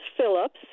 Phillips